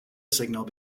signal